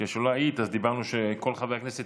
כשלא היית דיברנו על זה שכל חברי הכנסת